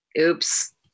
Oops